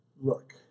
look